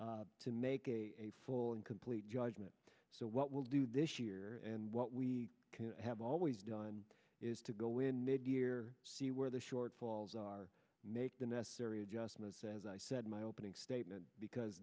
to make a full and complete judgment so what we'll do this year and what we can have always done is to go in mid year see where the shortfalls are make the necessary adjustments as i said my opening statement because